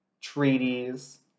treaties